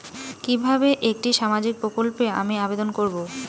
কিভাবে একটি সামাজিক প্রকল্পে আমি আবেদন করব?